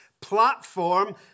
platform